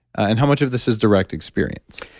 and how much of this is direct experience?